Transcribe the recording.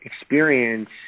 experience